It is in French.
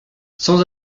sans